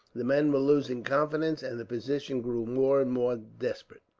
the men were losing confidence, and the position grew more and more desperate.